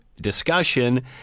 discussion